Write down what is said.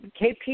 KP